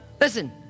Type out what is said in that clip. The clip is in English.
Listen